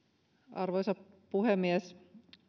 arvoisa puhemies